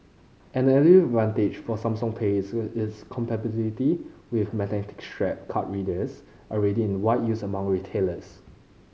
an early advantage for Samsung Pay is its compatibility with magnetic stripe card readers already in wide use among retailers